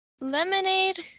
Lemonade